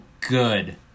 good